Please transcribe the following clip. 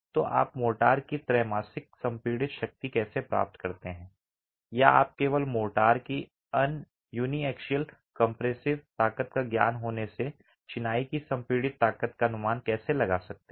तो आप मोर्टार की त्रैमासिक संपीड़ित शक्ति कैसे प्राप्त करते हैं या आप केवल मोर्टार की अनियेशियल कम्प्रेसिव ताकत का ज्ञान होने से चिनाई की संपीड़ित ताकत का अनुमान कैसे लगा सकते हैं